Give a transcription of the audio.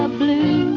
um blue